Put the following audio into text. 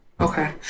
Okay